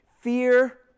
Fear